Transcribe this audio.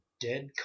Dead